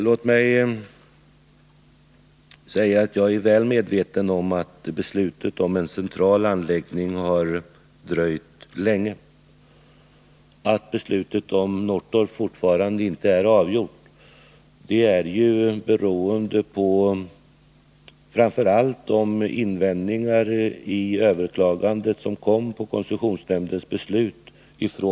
Låt mig säga att jag är väl medveten om att beslutet om en central anläggning har dröjt länge. Att beslutet om Norrtorp fortfarande inte har fattats beror framför allt på de invändningar som gjordes i naturvårdsverkets överklagande av koncessionsnämndens beslut.